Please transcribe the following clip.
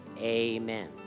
amen